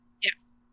Yes